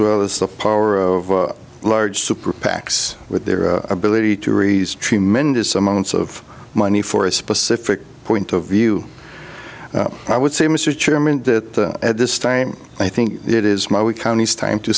well as the power of large super pacs with their ability to raise tremendous amounts of money for a specific point of view i would say mr chairman that at this time i think it is my we county's time to